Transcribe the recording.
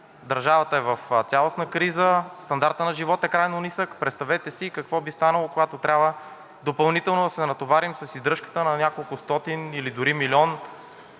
държавата е в цялостна криза, стандартът на живот е крайно нисък, представете си какво би станало, когато трябва допълнително да се натоварим с издръжката на няколкостотин хиляди или дори милион